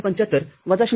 ७५ - ०